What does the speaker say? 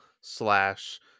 slash